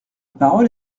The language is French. parole